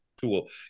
tool